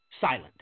Silent